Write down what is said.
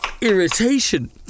irritation